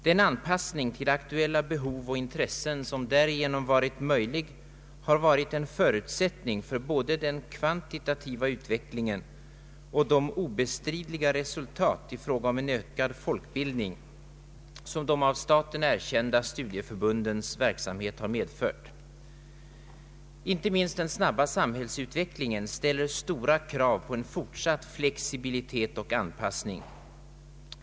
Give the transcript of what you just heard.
Den anpassning till aktuella behov och intressen som därigenom varit möjlig har varit en förutsättning för både den kvantitativa utvecklingen och de obestridliga resultat i fråga om en ökad folkbildning, som de av staten erkända studieförbundens verksamhet har medfört. Inte minst den snabba samhällsutvecklingen ställer stora krav på en fortsatt flexibilitet och anpassning.